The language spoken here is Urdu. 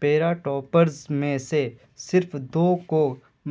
پیراٹوپرز میں سے صرف دو کو